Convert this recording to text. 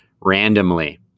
randomly